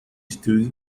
study